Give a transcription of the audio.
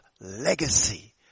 legacy